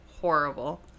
horrible